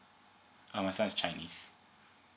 uh myself is chinese